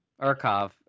Urkov